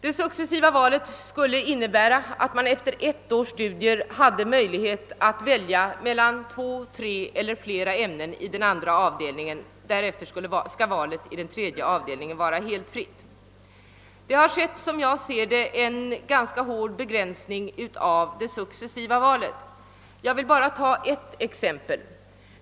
Det innebär att de studerande efter ett års studier skall ha möjlighet att välja mellan två, tre eller flera ämnen i andra avdelningen. I tredje avdelningen skulle valet vara helt fritt. Som jag ser det har det dock blivit en ganska hård begränsning av det successiva valet. Jag skall här bara ta ett exempel.